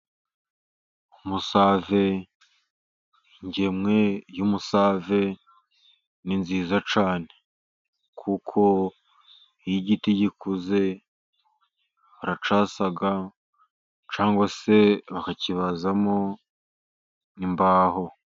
Umusave, ingemwe y'umusave ni nziza cyane, kuko iyo igiti gikuze baracyasa cyangwa se bakakibazamo imbaho.